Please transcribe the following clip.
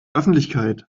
öffentlichkeit